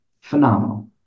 Phenomenal